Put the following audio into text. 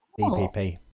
DPP